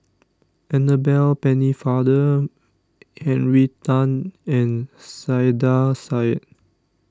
Annabel Pennefather Henry Tan and Saiedah Said